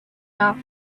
not